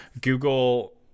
Google